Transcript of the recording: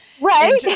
Right